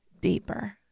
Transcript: deeper